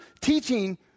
teaching